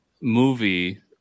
movie